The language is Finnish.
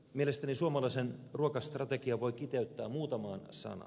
mielestäni suomalaisen ruokastrategian voi kiteyttää muutamaan sanaan